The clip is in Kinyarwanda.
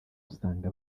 usanga